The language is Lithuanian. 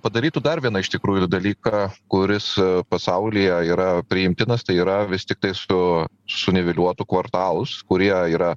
padarytų dar vieną iš tikrųjų dalyką kuris pasaulyje yra priimtinas tai yra vis tiktai su suniveliuotų kvartalus kurie yra